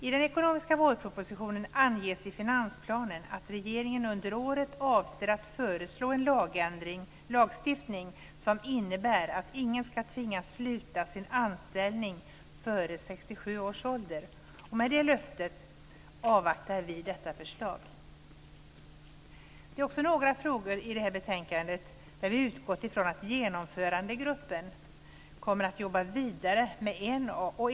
I den ekonomiska vårpropositionen anges i finansplanen att regeringen under året avser att föreslå en lagstiftning som innebär att ingen ska tvingas sluta sin anställning före 67 års ålder. Och med det löftet avvaktar vi detta förslag. Det är också några frågor i det här betänkandet som vi har utgått från att Genomförandegruppen kommer att jobba vidare med.